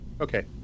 Okay